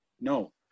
No